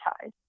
ties